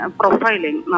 profiling